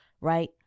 right